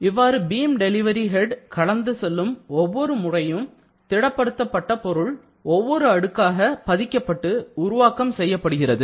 இவ்வாறு beam delivery head கடந்து செல்லும் ஒவ்வொரு முறையும் திடப்படுத்தப்பட்ட பொருள் ஒவ்வொரு அடுக்காக பதிக்கப்பட்டு உருவாக்கம் செய்யப்படுகிறது